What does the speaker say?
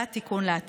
בעד תיקון לעתיד.